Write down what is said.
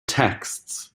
texts